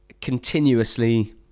continuously